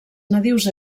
nadius